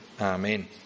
Amen